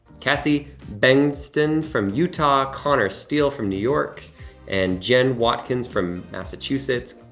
cassie bengsten from utah, connor steele from new york and jen watkins from massachusetts.